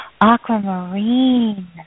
Aquamarine